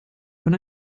von